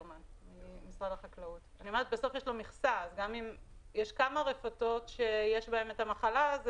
בסוף יש לו מכסה אז גם אם יש כמה רפתות שיש בהן המחלה זה